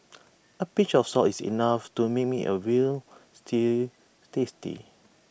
A pinch of salt is enough to make me A Veal Stew tasty